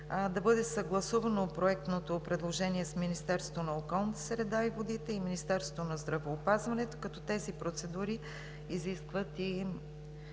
да бъде съгласувано проектното предложение с Министерството на околната среда и водите и Министерството на здравеопазването, като тези процедури изискват и